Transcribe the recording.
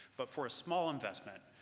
but for a small investment,